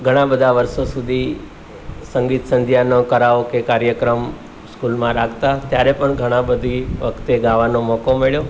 ઘણા બધા વર્ષો સુધી સંગીત સંધ્યાનો કરાઓકે કાર્યક્રમ સ્કૂલમાં રાખતા ત્યારે પણ ઘણા બધી વખતે ગાવાનો મોકો મળ્યો